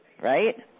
right